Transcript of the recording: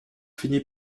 finit